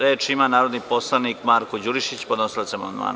Reč ima narodni poslanik Marko Đurišić, podnosilac amandmana.